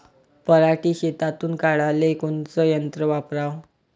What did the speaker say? पराटी शेतातुन काढाले कोनचं यंत्र वापराव?